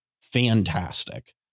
fantastic